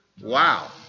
Wow